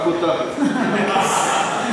רק אותך הצלחתי לשמוע.